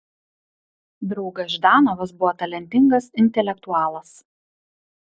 draugas ždanovas buvo talentingas intelektualas